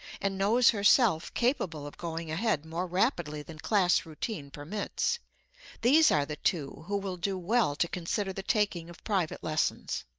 and knows herself capable of going ahead more rapidly than class routine permits these are the two who will do well to consider the taking of private lessons.